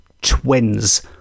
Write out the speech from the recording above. twins